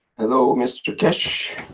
hello mr keshe.